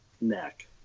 neck